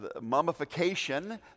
mummification